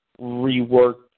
reworked